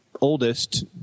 oldest